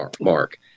mark